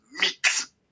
mix